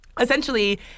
essentially